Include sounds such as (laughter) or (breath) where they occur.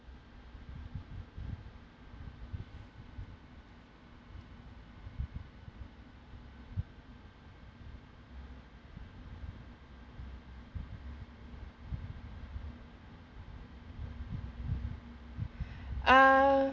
(breath) err